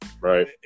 Right